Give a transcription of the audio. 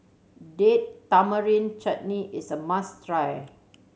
Date Tamarind Chutney is a must try